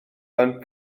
ond